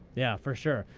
yeah for sure.